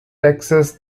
texas